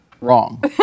Wrong